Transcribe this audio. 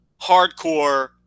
hardcore